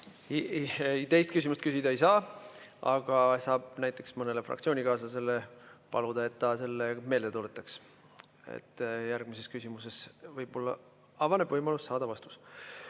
teist küsimust küsida ei saa, aga saab näiteks mõnelt fraktsioonikaaslaselt paluda, et ta seda meelde tuletaks. Järgmises küsimuses võib-olla avaneb võimalus saada vastus.